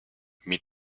mit